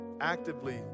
actively